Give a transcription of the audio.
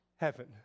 heaven